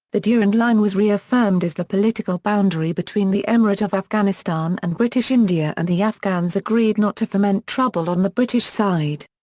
the durand line was reaffirmed as the political boundary between the emirate of afghanistan and british india and the afghans agreed not to foment trouble on the british side.